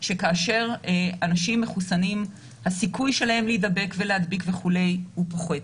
שכאשר אנשים מחוסנים הסיכוי שלהם להידבק ולהדביק וכו' פוחת,